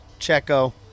Checo